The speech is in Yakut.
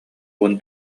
уон